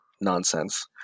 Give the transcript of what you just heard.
nonsense